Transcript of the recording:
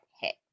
hit